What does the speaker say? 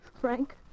Frank